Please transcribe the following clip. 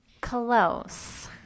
Close